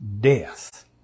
Death